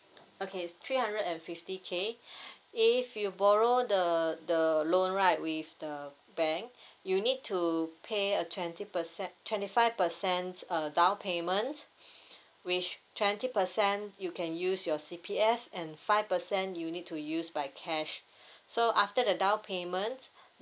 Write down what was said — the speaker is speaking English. okay three hundred and fifty K if you borrow the the loan right with the bank you need to pay a twenty percent twenty five percent uh down payment which twenty percent you can use your C_P_F and five percent you need to use by cash so after the down payment